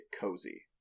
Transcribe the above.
cozy